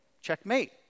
checkmate